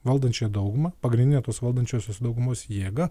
valdančiąją daugumą pagrindinę tos valdančiosios daugumos jėgą